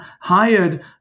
hired